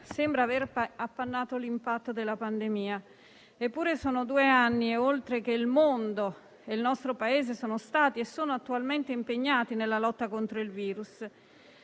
sembra aver appannato l'impatto della pandemia. Eppure, sono due anni e oltre che il mondo e il nostro Paese sono stati e sono attualmente impegnati nella lotta contro il virus.